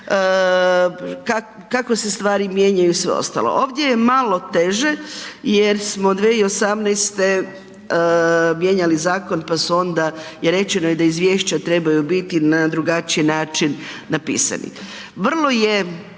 kako se stvari mijenjaju i sve ostalo. Ovdje je malo teže jer smo 2018. mijenjali zakon pa su onda je rečeno da izvješća trebaju biti na drugačiji način napisani. Vrlo je